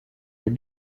des